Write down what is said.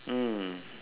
mm